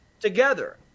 together